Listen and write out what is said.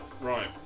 Right